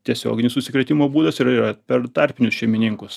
tiesioginis užsikrėtimo būdas ir yra per tarpinius šeimininkus